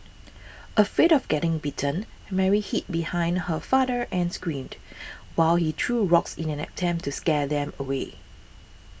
afraid of getting bitten Mary hid behind her father and screamed while he threw rocks in an attempt to scare them away